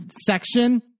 section